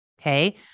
Okay